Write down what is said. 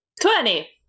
twenty